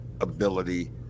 ability